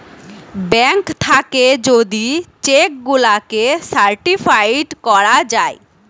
bank থাকে যদি cheque গুলাকে সার্টিফাইড করা যায়